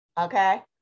okay